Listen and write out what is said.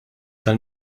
tal